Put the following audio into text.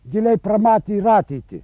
giliai pramatė ir ateitį